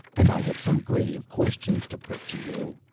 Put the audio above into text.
and i have some grave questions to put to you.